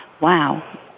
wow